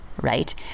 right